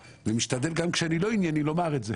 ומשתדל גם כשאני לא ענייני לומר את זה.